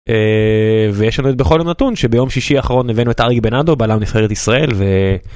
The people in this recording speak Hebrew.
ויש לנו את בכל הנתון שביום שישי האחרון הבאנו את אריק בנאדו בעולם נבחרת ישראל ו...